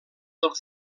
del